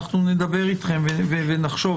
נדבר אתכם ונחשוב.